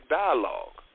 dialogue